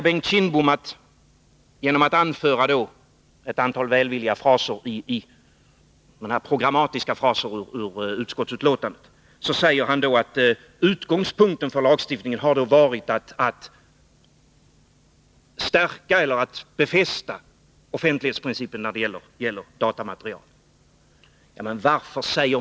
Bengt Kindbom hävdar, genom att anföra ett antal välvilliga programmatiska fraser ur utskottsbetänkandet, att utgångspunkten för lagstiftningen varit att befästa offentlighetsprincipen när det gäller datamaterial.